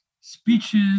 speeches